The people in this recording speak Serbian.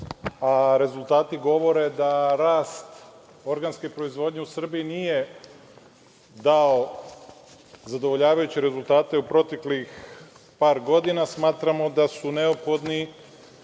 a rezultati govore da rast organske proizvodnje u Srbiji nije dao zadovoljavajuće rezultate u proteklih par godina, smatramo da su neophodni